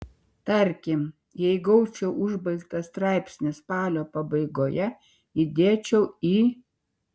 tarkim jei gaučiau užbaigtą straipsnį spalio pabaigoje įdėčiau į